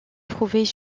trouvait